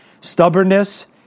Stubbornness